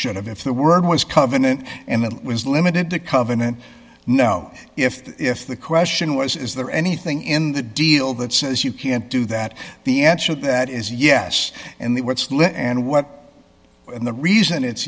should have if the word was covenant and it was limited to covenant no if if the question was is there anything in the deal that says you can't do that the answer to that is yes and they were and what the reason it's